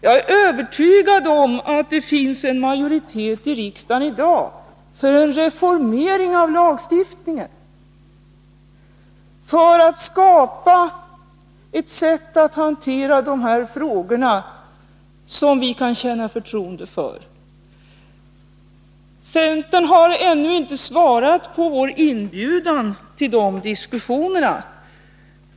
Jag är övertygad om att det i riksdagen i dag finns en majoritet för en reformering av lagstiftningen, för att skapa ett sätt att hantera de här frågorna som vi kan känna förtroende för. Centern har ännu inte svarat på vår inbjudan till dessa diskussioner.